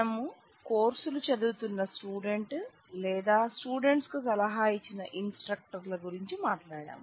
మనం కోర్సులు చదువుతున్న స్టూడెంట్ ల గురించి మాట్లాడాం